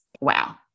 Wow